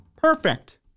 perfect